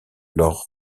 leur